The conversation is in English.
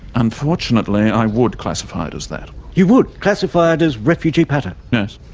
unfortunately i would classify it as that. you would classify it as refugee patter? yes.